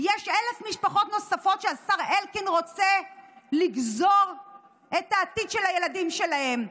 יש 1,000 משפחות נוספות שהשר אלקין רוצה לגזור את העתיד של הילדים שלהן,